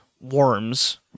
worms